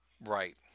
Right